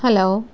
hello